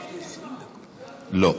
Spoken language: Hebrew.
תודה,